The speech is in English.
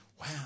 Wow